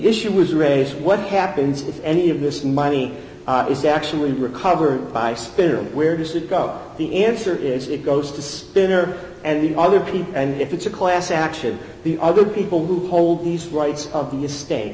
issue was raised what happens if any of this money is actually recovered by spin or where does it go the answer is it goes to spinner and the other people and if it's a class action the other people who hold these rights of the estate